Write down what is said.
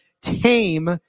tame